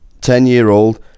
Ten-year-old